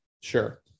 Sure